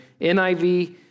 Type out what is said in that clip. NIV